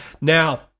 Now